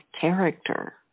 character